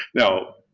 now,